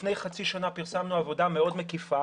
לפני חצי שנה פרסמנו עבודה מאוד מקיפה